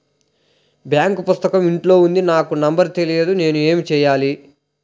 Bank పుస్తకం ఇంట్లో ఉంది నాకు నంబర్ తెలియదు నేను ఏమి చెయ్యాలి?